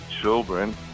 children